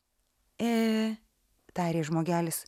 ee tarė žmogelis